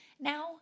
now